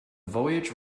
voyage